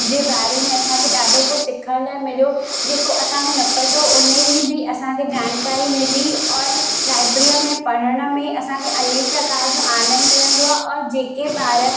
जे बारे में असांखे ॾाढो कुझु सिखण लाइ मिलियो जेको असांखे न पिया चओ उन ई बि असांखे जानकारी मिली और लाइब्रीअ में पढ़ण में असांखे अनेक प्रकार जो आनंद मिलंदो आहे और जेके ॿारु